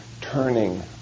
turning